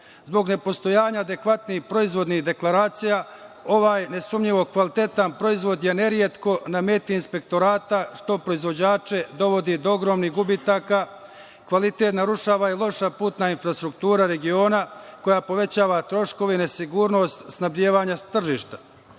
Zbog nepostojanja adekvatnih proizvodnih deklaracija ovaj nesumnjivog kvalitetan proizvod je neretko na meti inspektorata, što proizvođače dovodi do ogromnih gubitaka. Kvalitet narušava i loša putna infrastruktura regiona koja povećava troškove i nesigurnost snabdevanja tržišta. Potrebno